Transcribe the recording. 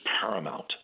paramount